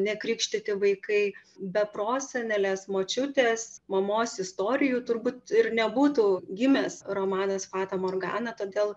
nekrikštyti vaikai be prosenelės močiutės mamos istorijų turbūt ir nebūtų gimęs romanas fata morgana todėl